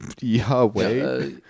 Yahweh